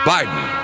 Biden